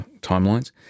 timelines